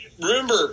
Remember